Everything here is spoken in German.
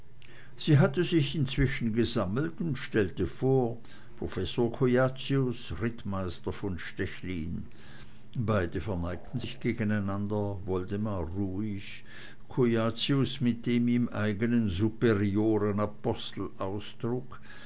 sie hatte sich inzwischen gesammelt und stellte vor professor cujacius rittmeister von stechlin beide verneigten sich gegeneinander woldemar ruhig cujacius mit dem ihm eignen superioren